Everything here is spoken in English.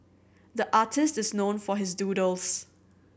the artist is known for his doodles